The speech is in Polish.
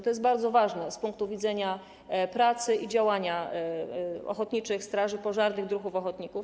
To jest bardzo ważne z punktu widzenia pracy i działania ochotniczych straży pożarnych, druhów ochotników.